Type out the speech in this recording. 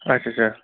اچھا اچھا